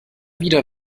wieder